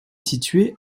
située